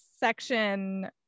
Section